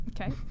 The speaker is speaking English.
okay